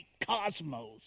cosmos